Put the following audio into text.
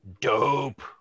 dope